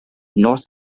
north